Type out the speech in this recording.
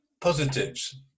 Positives